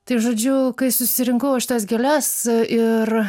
tai žodžiu kai susirinkau aš tas gėles ir